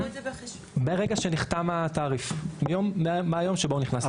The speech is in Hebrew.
ברגע שנחתם התעריף, מהיום שבו הוא נכנס.